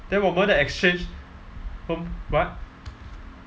then 我们的 exchange uh what